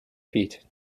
feet